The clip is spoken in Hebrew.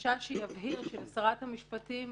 בבקשה שיבהיר שלשרת המשפטים,